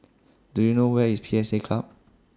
Do YOU know Where IS P S A Club